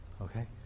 okay